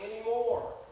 anymore